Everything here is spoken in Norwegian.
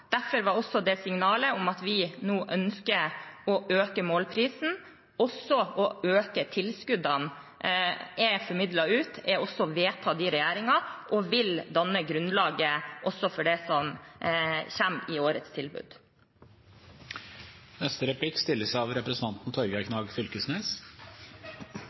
Derfor sendte vi signalet om at vi nå ønsker å øke målprisen. Også en økning av tilskuddene er formidlet ut og vedtatt i regjeringen og vil danne grunnlaget for det som kommer i årets